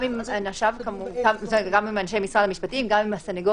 גם בבתי המשפט וגם בשב"ס יגידו: